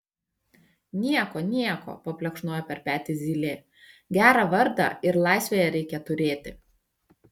nieko nieko paplekšnojo per petį zylė gerą vardą ir laisvėje reikia turėti